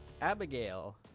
Abigail